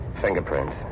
fingerprints